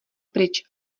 pryč